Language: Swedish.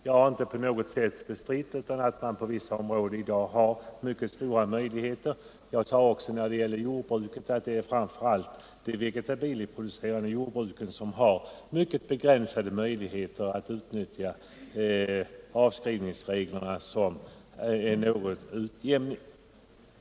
Jag har inte på något sätt bestritt att man på vissa områden i dag har mycket stora möjligheter härvidlag. Jag sade också beträffande jordbruket att det framför allt är de vegetabilieproducerande jordbruken som har mycket begränsade möjligheter att utnyttja avskrivningsreglerna för att få någon utjämning.